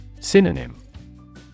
Synonym